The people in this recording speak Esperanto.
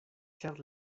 ĉar